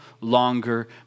longer